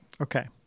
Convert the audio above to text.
Okay